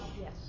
Yes